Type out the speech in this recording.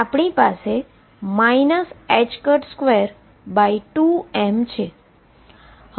તેથી x ≠ 0 માટે આપણી પાસે 22m છે